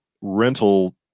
rental